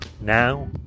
Now